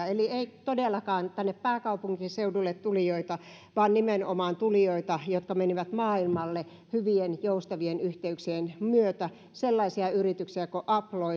eli ei todellakaan tänne pääkaupunkiseudulle tulijoita vaan nimenomaan tulijoita jotka menivät maailmalle hyvien joustavien yhteyksien myötä sellaisia yrityksiä kuin abloy